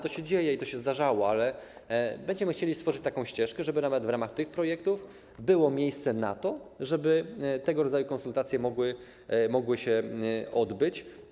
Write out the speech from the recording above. To się dzieje i to się zdarzało, ale będziemy chcieli stworzyć taką ścieżkę, żeby nawet w ramach tych projektów było miejsce na to, żeby tego rodzaju konsultacje mogły się odbyć.